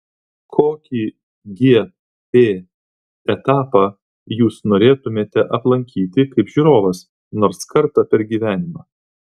kokį gp etapą jūs norėtumėte aplankyti kaip žiūrovas nors kartą per gyvenimą